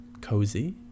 cozy